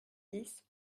dix